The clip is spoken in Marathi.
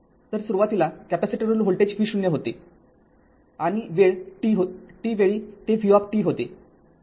तर सुरुवातीला कॅपेसिटरवरील व्होल्टेज v0 होते आणि वेळ t वेळी ते v होते